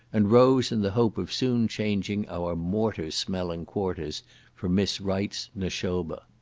and rose in the hope of soon changing our mortar-smelling-quarters for miss wright's nashoba.